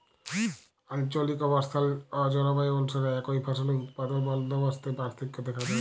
আলচলিক অবস্থাল অ জলবায়ু অলুসারে একই ফসলের উৎপাদল বলদবস্তে পার্থক্য দ্যাখা যায়